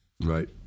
Right